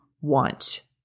want